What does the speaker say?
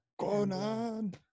Conan